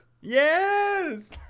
yes